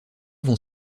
vont